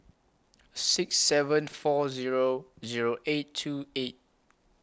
six seven four Zero Zero eight two eight